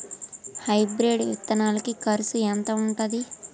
Hybrid విత్తనాలకి కరుసు ఎంత ఉంటది?